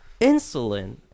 Insulin